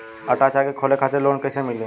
आटा चक्की खोले खातिर लोन कैसे मिली?